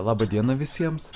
laba diena visiems